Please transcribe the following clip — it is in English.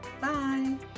Bye